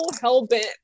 hell-bent